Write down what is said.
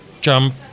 jump